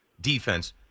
defense